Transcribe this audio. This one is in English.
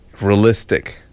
realistic